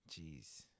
jeez